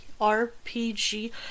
RPG